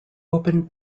opened